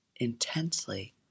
intensely